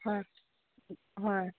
হয় হয়